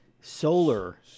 Solar